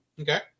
Okay